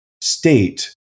state